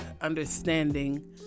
understanding